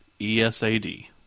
E-S-A-D